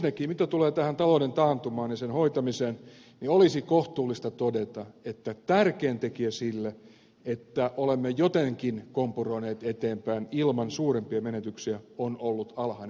ensinnäkin mitä tulee tähän talouden taantumaan ja sen hoitamiseen olisi kohtuullista todeta että tärkein tekijä siinä että olemme jotenkin kompuroineet eteenpäin ilman suurempia menetyksiä on ollut alhainen korkotaso